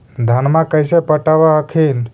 धन्मा कैसे पटब हखिन?